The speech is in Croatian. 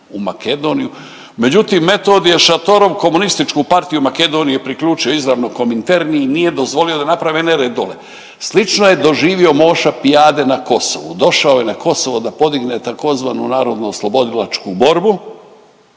u Makedoniju, međutim Metodije Šatorov Komunističku partiju Makedonije priključio izravno Kominterni i nije dozvolio da naprave nered dolje. Slično je doživo Moša Pijade na Kosovu, došao je na Kosovo da podigne tzv. NOB, mudri Albanci ga